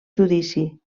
judici